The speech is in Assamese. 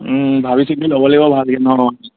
ভাবি চিতি ল'ব লাগিব ভালকৈ ন